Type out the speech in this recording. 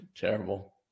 Terrible